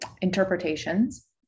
interpretations